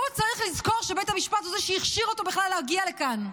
הוא צריך לזכור שבית המשפט הוא שהכשיר אותו בכלל להגיע לכאן,